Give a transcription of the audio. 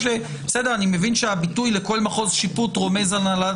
אני מבין שהביטוי לכל מחוז שיפוט רומז על הנהלת